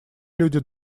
люди